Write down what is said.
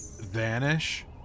vanish